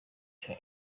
cya